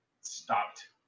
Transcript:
stopped